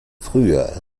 früher